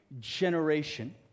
generation